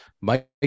Mike